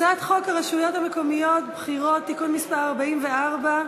הצעת חוק הרשויות המקומיות (בחירות) (תיקון מס' 44),